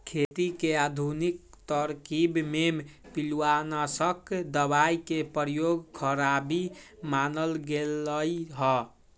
खेती के आधुनिक तरकिब में पिलुआनाशक दबाई के प्रयोग खराबी मानल गेलइ ह